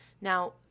Now